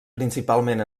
principalment